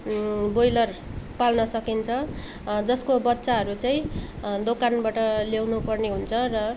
broiler पाल्न सकिन्छ जसको बच्चाहरू चाहिँ दोकानबाट ल्याउनु पर्ने हुन्छ र